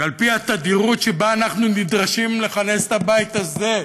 ועל פי התדירות שבה אנחנו נדרשים לכנס את הבית הזה,